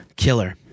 killer